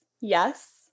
Yes